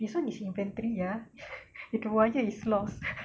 this [one] is infantry ya if the wire is loss